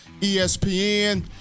ESPN